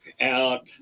out